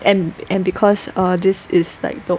and and because err this is like the